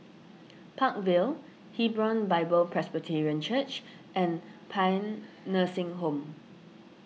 Park Vale Hebron Bible Presbyterian Church and Paean Nursing Home